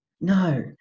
No